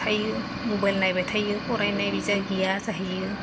थायो मबाइल नायबाय थायो फरायनायथिं गैया जाहैयो